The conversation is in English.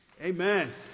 Amen